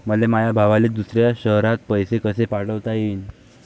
मले माया भावाले दुसऱ्या शयरात पैसे कसे पाठवता येईन?